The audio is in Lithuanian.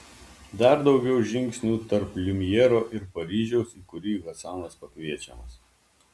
dar daugiau žingsnių tarp liumjero ir paryžiaus į kurį hasanas pakviečiamas